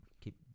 keep